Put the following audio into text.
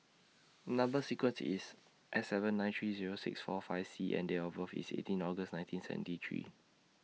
Number sequence IS S seven nine three Zero six four five C and Date of birth IS eighteen August nineteen seventy three